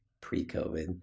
pre-COVID